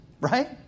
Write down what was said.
right